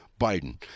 Biden